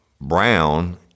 Brown